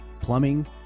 plumbing